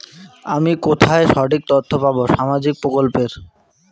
আমি কোথায় সঠিক তথ্য পাবো সামাজিক প্রকল্পের?